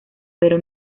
pero